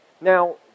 Now